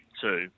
two